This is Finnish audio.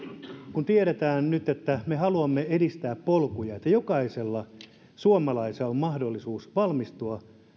kun tiedetään nyt että me haluamme edistää polkuja jotta jokaisella suomalaisella on mahdollisuus valmistua